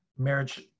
Marriage